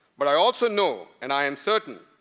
but i also know, and i am certain,